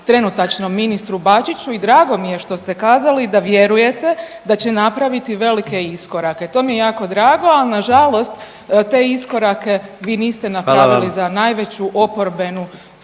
trenutačnom ministru Bačiću i drago mi je što ste kazali da vjerujete da će napraviti velike iskorake. To mi je jako drago, ali nažalost te iskorake vi niste napravili .../Upadica: Hvala